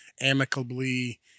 amicably